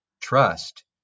trust